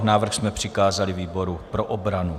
Návrh jsme přikázali výboru pro obranu.